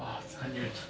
哇将远